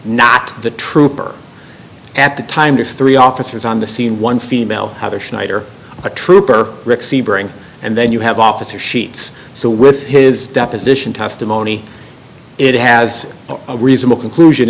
not the trooper at the time just three officers on the scene one female either schneider a trooper sebring and then you have officer sheets so with his deposition testimony it has a reasonable conclusion